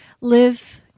live